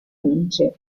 vince